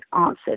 answered